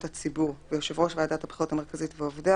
הציבור ויושב ראש ועדת הבחירות המרכזית ועובדיה,